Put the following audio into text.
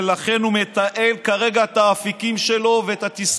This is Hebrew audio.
ולכן הוא מתעל כרגע את התסכול שלו